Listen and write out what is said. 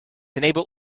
enable